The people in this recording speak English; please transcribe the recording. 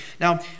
Now